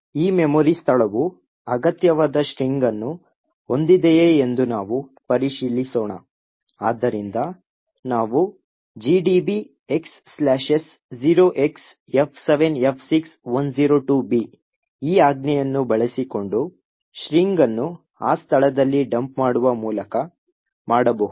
ಈ ಮೆಮೊರಿ ಸ್ಥಳವು ಅಗತ್ಯವಾದ ಸ್ಟ್ರಿಂಗ್ ಅನ್ನು ಹೊಂದಿದೆಯೆ ಎಂದು ನಾವು ಪರಿಶೀಲಿಸೋಣ ಆದ್ದರಿಂದ ನಾವು gdb xs 0XF7F6102B ಈ ಆಜ್ಞೆಯನ್ನು ಬಳಸಿಕೊಂಡು ಸ್ಟ್ರಿಂಗ್ ಅನ್ನು ಆ ಸ್ಥಳದಲ್ಲಿ ಡಂಪ್ ಮಾಡುವ ಮೂಲಕ ಮಾಡಬಹುದು